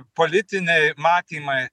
politiniai matymai